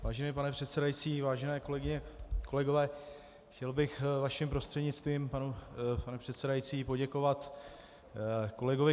Vážený pane předsedající, vážené kolegyně, kolegové, chtěl bych vaším prostřednictvím pane předsedající, poděkovat kolegovi Gabalovi.